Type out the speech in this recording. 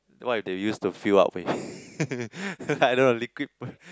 what they use a fill up with I don't know liquid